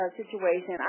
situation